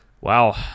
wow